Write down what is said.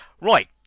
Right